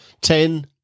Ten